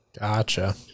Gotcha